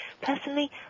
personally